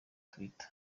twitter